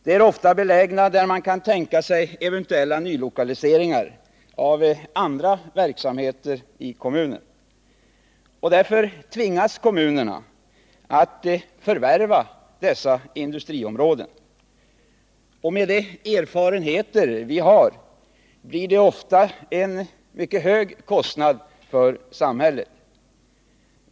De är ofta belägna där man kan tänka sig eventuella nylokaliseringar av andra verksamheter i kommunen. Därför tvingas kommunerna att förvärva dessa industriområden. Enligt de erfarenheter vi har blir det ofta en mycket hög kostnad för samhället.